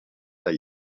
del